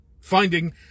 finding